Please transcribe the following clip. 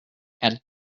add